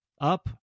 up